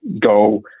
go